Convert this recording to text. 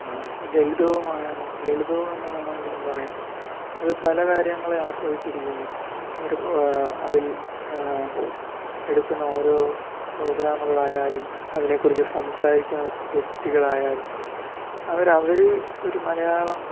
ലളിതവുമായാണ് ലളിതവുമെന്ന് വേണമെങ്കിലും പറയാം അത് പലകാര്യങ്ങളെ ആസ്വദിച്ചിരിക്കുന്നു അവർ അതിൽ എടുക്കുന്ന ഓരോ പ്രോഗ്രാമുകളായാലും അതിനെക്കുറിച്ച് സംസാരിക്കുന്ന വ്യക്തികളായാലും അവർ അവർ ഒരു മലയാളം